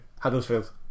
Huddersfield